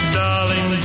darling